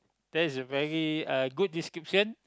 that's very uh good description